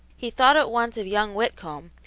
he thought at once of young whitcomb,